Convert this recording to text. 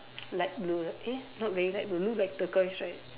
light blue eh not very light blue look like turquoise right